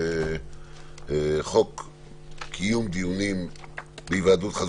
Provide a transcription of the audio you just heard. "לסעיף 19 10. המילים "ורק אם יש מניעה טכנית בלתי